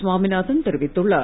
சுவாமிநாதன் தெரிவித்துள்ளார்